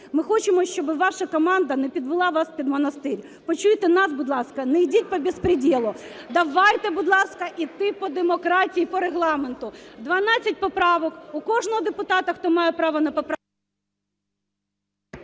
Ми хочемо, щоби ваша команда не підвела вас під монастир. Почуйте нас, будь ласка, не йдіть по беспределу. Давайте, будь ласка, іти по демократії, по Регламенту. Дванадцять поправок, у кожного депутата, хто має право на поправку…